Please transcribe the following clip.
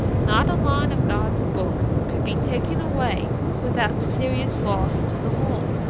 not a line of god's book could be taken away without serious loss to the whole.